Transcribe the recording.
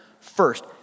first